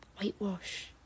whitewash